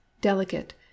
delicate